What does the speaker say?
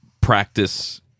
practice